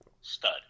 stud